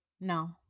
no